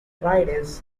riders